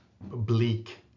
bleak